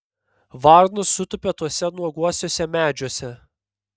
varnos sutūpė tuose nuoguosiuose medžiuose